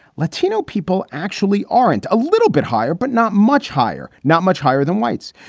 latino people actually aren't a little bit higher, but not much higher, not much higher than whites.